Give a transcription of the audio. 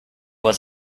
was